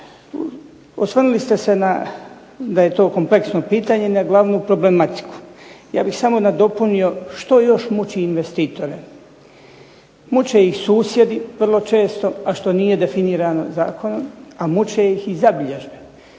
Osvrnuli ste se da je to kompleksno pitanje na glavnu problematiku. Ja bih samo nadopunio što još sve muči investitore. Muče ih susjedi vrlo često, a što nije definirano zakonom, a muče ih i zabilježbe.